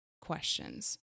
questions